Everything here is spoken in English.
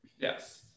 Yes